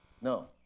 No